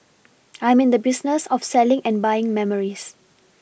I'm in the business of selling and buying memories